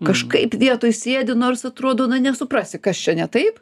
kažkaip vietoj sėdi nors atrodo na nesuprasi kas čia ne taip